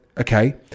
okay